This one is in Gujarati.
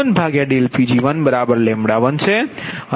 18Pg141 આ 12વાસ્તવમાં આપવામાં આવે છે